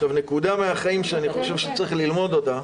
נקודה מהחיים שאני חושב שצריך ללמוד אותה,